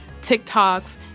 TikToks